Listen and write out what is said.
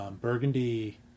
Burgundy